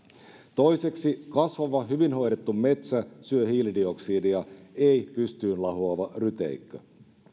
toiseksi kasvava hyvin hoidettu metsä syö hiilidioksidia ei pystyyn lahoava ryteikkö